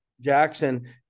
Jackson